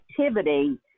activity